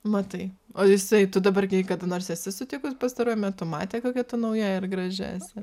matai o jisai tu dabar jį kada nors esi sutikus pastaruoju metu matė kokia ta nauja ir graži esi